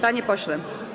Panie pośle.